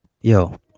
Yo